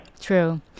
True